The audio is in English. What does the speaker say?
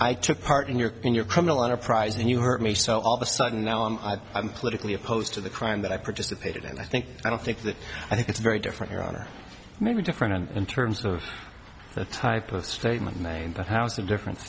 i took part in your in your criminal enterprise and you hurt me so all of a sudden now i'm i'm politically opposed to the crime that i participated in i think i don't think that i think it's very different your honor may be different in terms of the type of statement made but how's it differen